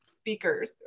speakers